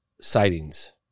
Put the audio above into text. sightings